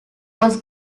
was